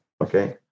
okay